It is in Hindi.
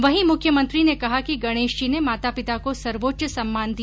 वहीं मुख्यमंत्री ने कहा कि गणेश जी ने माता पिता को सर्वोच्च सम्मान दिया